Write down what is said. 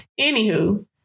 Anywho